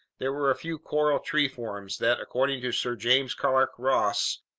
there were a few coral tree forms that, according to sir james clark ross,